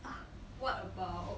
what about